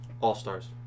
All-stars